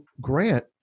Grant